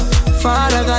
Father